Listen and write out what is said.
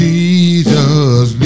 Jesus